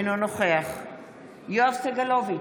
אינו נוכח יואב סגלוביץ'